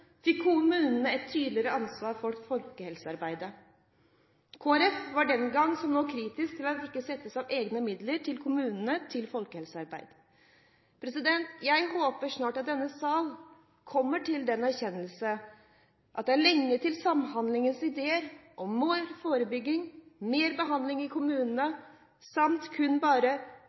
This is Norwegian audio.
fikk kommunene et tydeligere ansvar for folkehelsearbeidet. Kristelig Folkeparti var den gang, som nå, kritisk til at det ikke ble satt av egne midler til kommunene til folkehelsearbeid. Jeg håper snart at denne sal kommer til den erkjennelse at det er lenge til Samhandlingsreformens ideer om mer forebygging, mer behandling i kommunene samt kun